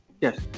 Yes